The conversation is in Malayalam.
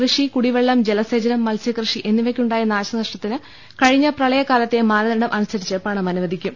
കൃഷി കുടിവെള്ളം ജലസേചനം മത്സ്യകൃഷി എന്നിവ്ക്കുണ്ടായ നാശനഷ്ടത്തിന് കഴിഞ്ഞ പ്രളയകാലത്തെ മാനദ്ണ്ഡം അനുസരിച്ച് പണം അനുവ ദിക്കും